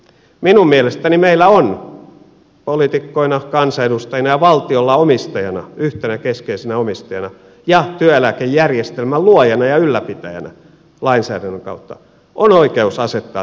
minun mielestäni meillä on poliitikkoina kansanedustajina ja valtiolla omistajana yhtenä keskeisenä omistajana ja lainsäädännön kautta työeläkejärjestelmän luojana ja ylläpitäjänä oikeus asettaa tiettyjä toiveita